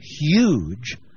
huge